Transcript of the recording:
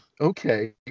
okay